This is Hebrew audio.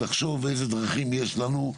נא לחשוב אילו דרכים יש לנו,